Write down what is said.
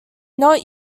not